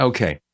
Okay